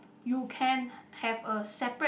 you can have a separate